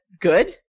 good